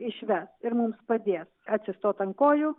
išves ir mums padės atsistot ant kojų